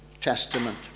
Testament